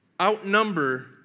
outnumber